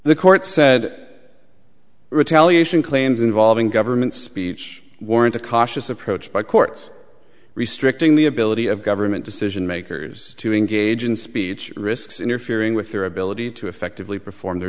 the court said retaliation claims involving government speech warrant a cautious approach by courts restricting the ability of government decision makers to engage in speech risks interfering with their ability to effectively perform their